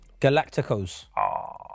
Galacticos